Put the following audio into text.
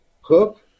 Hook